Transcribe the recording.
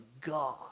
God